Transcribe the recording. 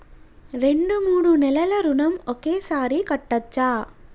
రెండు మూడు నెలల ఋణం ఒకేసారి కట్టచ్చా?